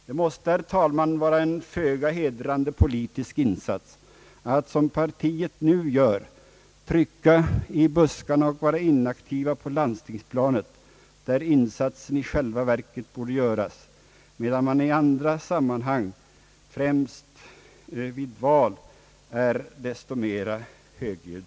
Det måste vara en föga hedrande politisk insats att, som folkpartiet nu gör, trycka i buskarna och vara inaktiva på landstingsplanet, där insatserna i själva verket borde göras, medan man i andra sammanhang, främst vid val, är desto mera högljudd.